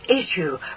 issue